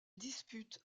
dispute